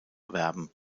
werben